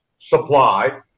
supply